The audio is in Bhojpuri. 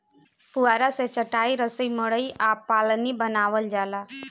पुआरा से चाटाई, रसरी, मड़ई आ पालानी बानावल जाला